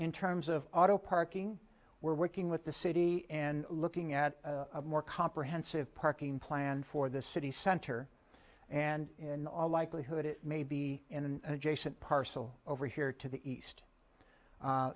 in terms of auto parking we're working with the city and looking at a more comprehensive parking plan for the city center and in all likelihood it may be in an adjacent parcel over here to the east